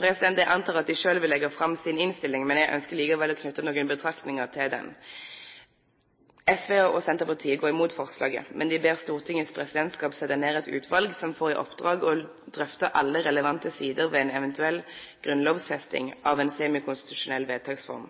Jeg antar at de selv vil legge fram sin innstilling, men jeg ønsker likevel å knytte noen betraktninger til den. SV og Senterpartiet går imot forslaget, men de ber Stortingets presidentskap sette ned et utvalg som får i oppdrag å drøfte alle relevante sider ved en eventuell grunnlovfesting av en semikonstitusjonell vedtaksform.